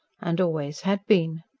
and always had been.